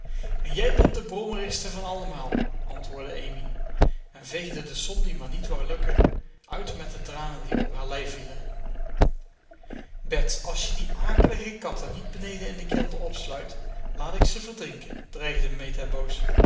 en jij bent de brommerigste van allemaal antwoordde amy en veegde de som die maar niet lukken wou uit met de tranen die op haar lei vielen bets als je die akelige katten niet beneden in den kelder opsluit laat ik ze verdrinken dreigde